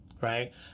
right